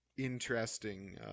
interesting